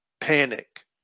panic